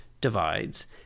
divides